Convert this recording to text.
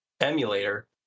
emulator